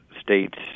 state's